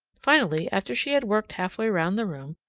finally, after she had worked half-way around the room,